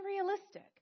unrealistic